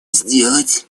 сделать